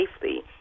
safely